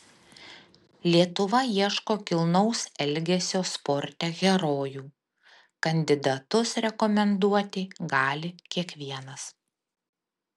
lietuva ieško kilnaus elgesio sporte herojų kandidatus rekomenduoti gali kiekvienas